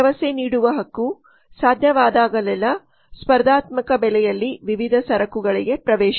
ಭರವಸೆ ನೀಡುವ ಹಕ್ಕು ಸಾಧ್ಯವಾದಾಗಲೆಲ್ಲಾ ಸ್ಪರ್ಧಾತ್ಮಕ ಬೆಲೆಯಲ್ಲಿ ವಿವಿಧ ಸರಕುಗಳಿಗೆ ಪ್ರವೇಶ